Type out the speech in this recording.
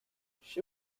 she